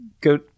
go